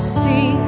see